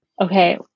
Okay